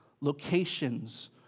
locations